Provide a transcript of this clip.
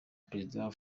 perezida